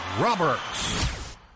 Roberts